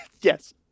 Yes